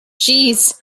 jeez